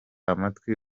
amatwi